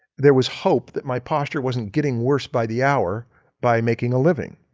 there was hope that my posture wasn't getting worse by the hour by making a living.